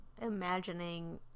imagining